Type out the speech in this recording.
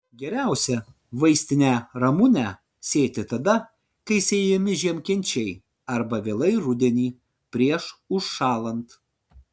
geriausia vaistinę ramunę sėti tada kai sėjami žiemkenčiai arba vėlai rudenį prieš užšąlant